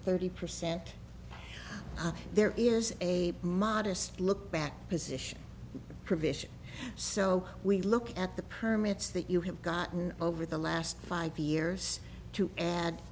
thirty percent there is a modest look back position provision so we look at the permits that you have gotten over the last five years too and